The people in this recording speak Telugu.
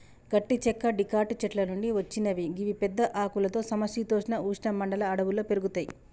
గట్టి చెక్క డికాట్ చెట్ల నుంచి వచ్చినవి గివి పెద్ద ఆకులతో సమ శీతోష్ణ ఉష్ణ మండల అడవుల్లో పెరుగుతయి